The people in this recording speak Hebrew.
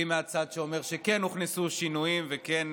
היא מהצד שאומר שכן הוכנסו שינויים וכן